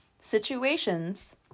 situations